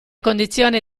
condizione